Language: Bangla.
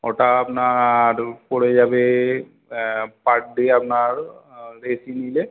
ওটা আপনার পড়ে যাবে পার ডে আপনার আর এসি নিলে